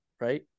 right